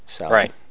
Right